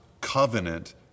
covenant